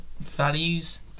values